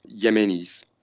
Yemenis